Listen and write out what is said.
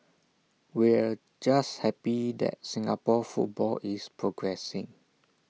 we're just happy that Singapore football is progressing